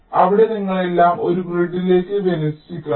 അതിനാൽ അവിടെ നിങ്ങൾ എല്ലാം ഒരു ഗ്രിഡിലേക്ക് വിന്യസിക്കണം